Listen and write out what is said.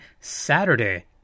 Saturday